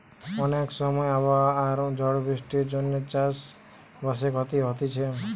অনেক সময় আবহাওয়া আর ঝড় বৃষ্টির জন্যে চাষ বাসে ক্ষতি হতিছে